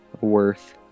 Worth